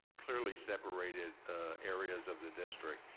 clearly separated areas of the district.